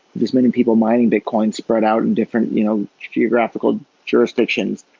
there's many people mining bitcoins spread out in different you know geographical jurisdictions,